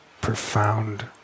profound